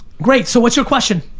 great so what's your question?